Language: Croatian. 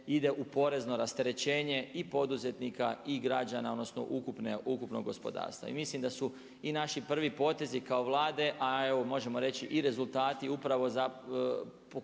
ide u porezno rasterećenje i poduzetnika i građana, odnosno ukupnog gospodarstva. I mislim da su i naši prvi potezi kao Vlade a evo možemo reći i rezultati upravo za pokazuju